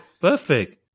Perfect